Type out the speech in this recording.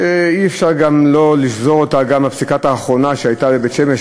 שאי-אפשר גם שלא לשזור אותה עם הפסיקה האחרונה שהייתה לגבי בית-שמש,